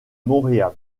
montréal